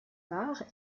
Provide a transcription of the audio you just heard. bar